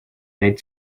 red